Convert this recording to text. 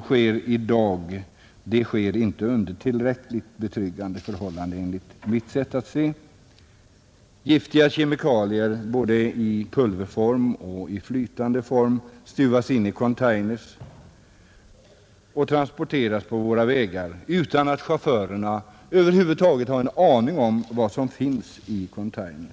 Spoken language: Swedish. sker i dag således inte under tillräckligt betryggande förhållanden, enligt mitt sätt att se. Giftiga kemikalier, både i pulverform och i flytande form, stuvas in i container och transporteras på våra vägar utan att chaufförerna över huvud taget har en aning om vad som finns i containern.